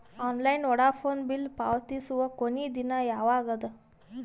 Online Vodafone bill ಪಾವತಿಸುವ ಕೊನಿ ದಿನ ಯವಾಗ ಅದ?